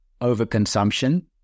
overconsumption